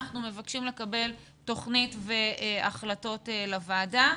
אנחנו מבקשים לקבל תוכנית והחלטות לוועדה.